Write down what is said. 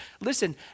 Listen